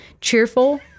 Cheerful